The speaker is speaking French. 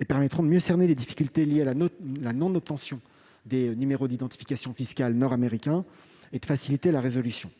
ils permettront de mieux cerner les difficultés liées à la non-obtention des numéros d'identification fiscale nord-américains et de faciliter leur résolution.